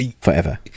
forever